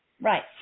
Right